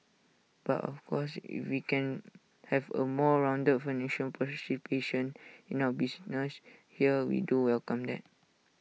but of course if we can have A more rounded financial participation in our business here we do welcome that